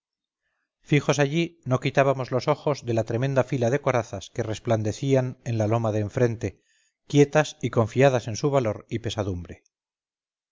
fijos allí no quitábamos los ojos de la tremenda fila de corazas que resplandecían en la loma de enfrente quietas y confiadas en su valor y pesadumbre